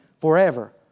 forever